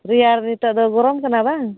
ᱨᱮᱭᱟᱲ ᱱᱤᱛᱚᱜ ᱫᱚ ᱜᱚᱨᱚᱢ ᱠᱟᱱᱟ ᱵᱟᱝ